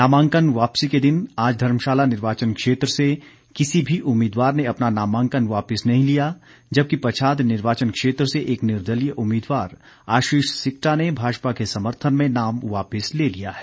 नामांकन वापिसी के दिन आज धर्मशाला निर्वाचन क्षेत्र से किसी भी उम्मीदवार ने अपना नामांकन वापिस नहीं लिया जबकि पच्छाद निर्वाचन क्षेत्र से एक निर्दलीय उम्मीदवार आशीष सिक्टा ने भाजपा के समर्थन में नाम वापिस ले लिया है